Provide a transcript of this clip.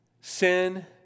Sin